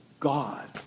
God